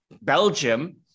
Belgium